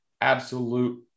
absolute